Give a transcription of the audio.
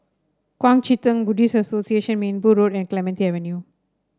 Kuang Chee Tng Buddhist Association Minbu Road and Clementi Avenue